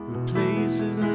Replaces